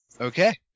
Okay